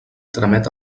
tramet